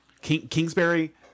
Kingsbury